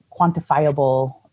quantifiable